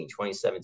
2017